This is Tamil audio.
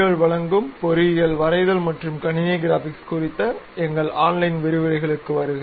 எல் வழங்கும் பொறியியல் வரைதல் மற்றும் கணினி கிராபிக்ஸ் குறித்த எங்கள் ஆன்லைன் விரிவுரைகளுக்கு வருக